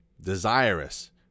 desirous